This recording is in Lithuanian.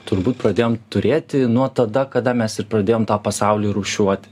turbūt pradėjom turėti nuo tada kada mes ir pradėjom tą pasaulį rūšiuoti